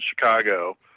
Chicago